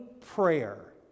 prayer